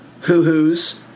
Hoo-Hoo's